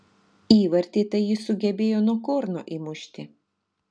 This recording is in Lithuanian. įvartį tai jis sugebėjo nuo korno įmušti